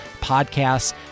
podcasts